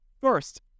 First